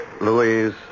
Louise